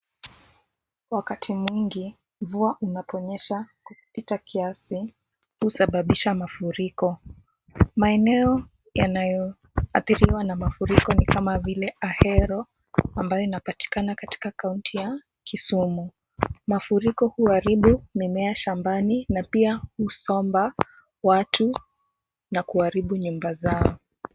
Wakati mwingi mvua unaponyesha kupita kiasi husababisha mafuriko. Maeneo yanayoathiriwa na mafuriko ni kama vile Ahero amabyo inapatikana katika kaunti ya Kisumu. Mafuriko huharibu mimea shambani na pia husomba watu kuharibu nyumba zao.